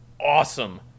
awesome